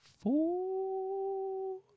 four